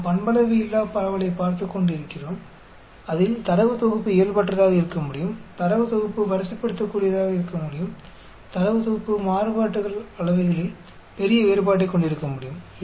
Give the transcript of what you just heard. நாம் பண்பளைவையில்லா பரவலைப் பார்த்துக்கொண்டு இருக்கிறோம் அதில் தரவு தொகுப்பு இயல்பற்றதாக இருக்கமுடியும் தரவு தொகுப்பு வரிசைப்படுத்தக்கூடியதாக இருக்கமுடியும் தரவு தொகுப்புகள் மாறுபாட்டு அளவைகளில் பெரிய வேறுபாட்டைக் கொண்டிருக்க முடியும்